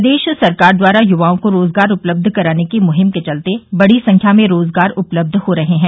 प्रदेश सरकार द्वारा युवाओं को रोजगार उपलब्ध कराने की मुहिम के चलते बड़ी संख्या में रोजगार उपलब्ध हो रहे हैं